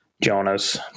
Jonas